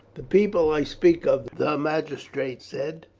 the people i speak of, the magistrate said,